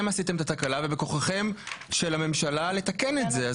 אתם עשיתם את התקלה ובכוחה של הממשלה לתקן את זה.